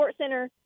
SportsCenter